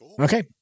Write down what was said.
Okay